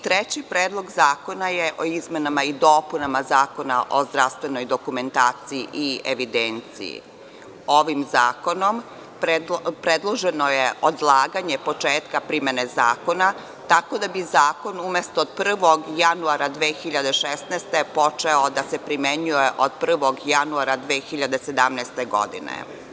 Treći Predlog zakona je o izmenama i dopunama Zakona o zdravstvenoj dokumentaciji i evidenciji, ovim zakonom predloženo je odlaganje početka primene zakona tako da bi zakon umesto 1. januara 2016. godine počeo da se primenjuje od 1. januara 2017. godine.